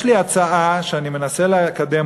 יש לי הצעה שאני מנסה לקדם,